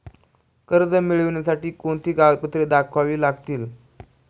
कर्ज मिळण्यासाठी कोणती कागदपत्रे दाखवावी लागतील?